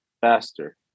faster